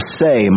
say